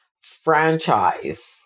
franchise